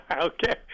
okay